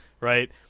right